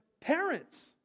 parents